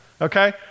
okay